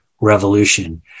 revolution